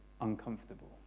uncomfortable